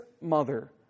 mother